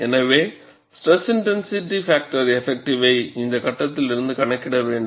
எனவே SIF effective ஐ இந்த கட்டத்தில் இருந்து கணக்கிட வேண்டும்